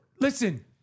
listen